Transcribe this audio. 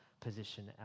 position